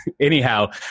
anyhow